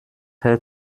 herr